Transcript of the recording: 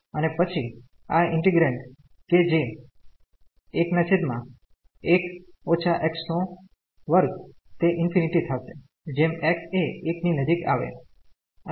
અને પછી આ ઈન્ટિગ્રેન્ડ કે જે 1 2 તે ∞ થાશે જેમ x એ 1 ની નજીક આવે